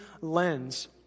lens